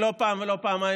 לא פעם ולא פעמיים,